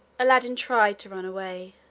aladdin tried to run away,